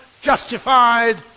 justified